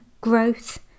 growth